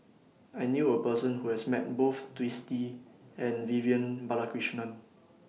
I knew A Person Who has Met Both Twisstii and Vivian Balakrishnan